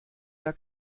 der